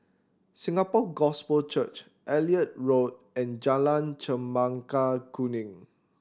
Singapore Gospel Church Elliot Road and Jalan Chempaka Kuning